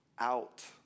out